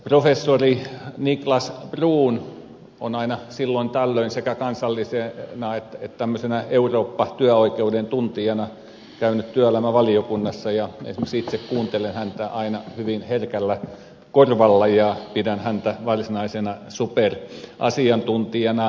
professori niklas bruun on aina silloin tällöin sekä kansallisen että eurooppatyöoikeuden tuntijana käynyt työelämävaliokunnassa ja esimerkiksi itse kuuntelen häntä aina hyvin herkällä korvalla ja pidän häntä varsinaisena superasiantuntijana